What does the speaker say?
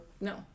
no